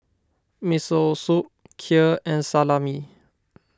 Miso Soup Kheer and Salami